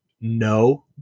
No